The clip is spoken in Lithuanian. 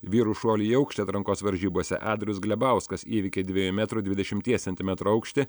vyrų šuolių į aukštį atrankos varžybose adrijus glebauskas įveikė dviejų metrų dvidešimties centimetrų aukštį